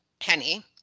Henny